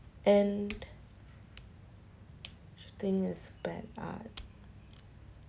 and she think is bad art